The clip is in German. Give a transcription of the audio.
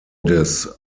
des